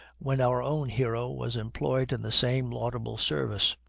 when our own hero was employed in the same laudable service.